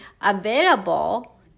available